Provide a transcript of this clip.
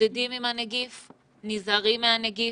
מתמודדים עם הנגיף, נזהרים מהנגיף,